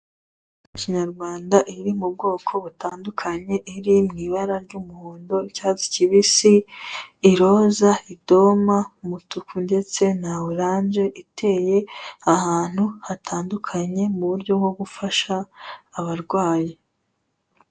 Imiti ya kinyarwanda iri mu bwoko butandukanye iri mu ibara ry'umuhondo, icyatsi kibisi, iroza, idoma, umutuku ndetse na oranje, iteye ahantu hatandukanye mu buryo bwo gufasha abarwayi.